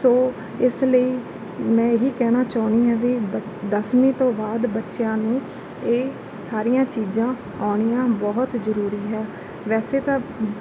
ਸੋ ਇਸ ਲਈ ਮੈਂ ਇਹੀ ਕਹਿਣਾ ਚਾਹੁੰਦੀ ਹਾਂ ਵੀ ਬੱਚ ਦਸਵੀਂ ਤੋਂ ਬਾਅਦ ਬੱਚਿਆਂ ਨੂੰ ਇਹ ਸਾਰੀਆਂ ਚੀਜ਼ਾਂ ਆਉਣੀਆਂ ਬਹੁਤ ਜ਼ਰੂਰੀ ਹੈ ਵੈਸੇ ਤਾਂ